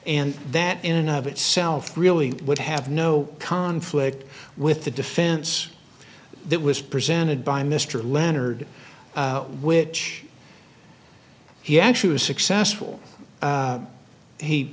and that in and of itself really would have no conflict with the defense that was presented by mr leonard which he actually was successful